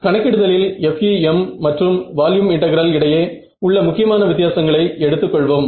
கணக்கிடுதலில் FEM மற்றும் volume integral இடையே உள்ள முக்கியமான வித்தியாசங்களை எடுத்து கொள்வோம்